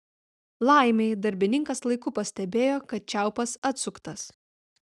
laimei darbininkas laiku pastebėjo kad čiaupas atsuktas